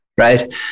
right